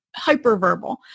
hyperverbal